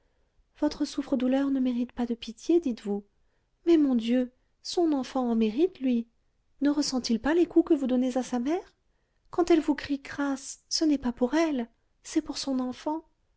votre souffre-douleur ne mérite pas de pitié dites-vous mais mon dieu son enfant en mérite lui ne ressent il pas les coups que vous donnez à sa mère quand elle vous crie grâce ce n'est pas pour elle c'est pour son enfant